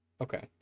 Okay